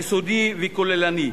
יסודי וכוללני.